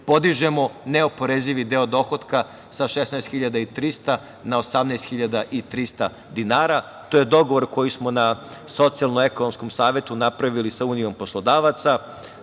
podižemo neoporezivi deo dohotka sa 16.300 na 18.300 dinara. To je dogovor koji smo na socijalno-ekonomskom savetu napravili sa Unijom poslodavaca.S